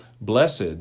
Blessed